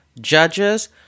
judges